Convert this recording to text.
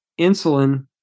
Insulin